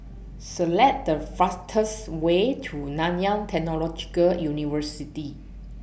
Select The fastest Way to Nanyang Technological University